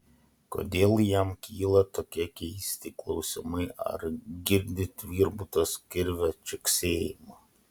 kodėl jam kyla tokie keisti klausimai ar girdi tvirbutas kirvio čeksėjimą